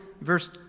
verse